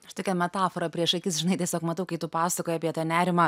aš tokią metaforą prieš akis žinai tiesiog matau kai tu pasakoji apie tą nerimą